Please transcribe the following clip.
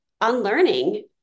unlearning